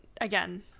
again